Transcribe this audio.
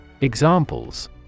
Examples